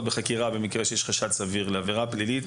בחקירה במקרה שיש חשד סביר לעבירה פלילית.